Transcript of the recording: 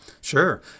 Sure